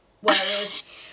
Whereas